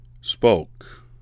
spoke